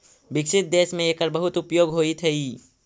विकसित देश में एकर बहुत उपयोग होइत हई